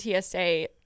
TSA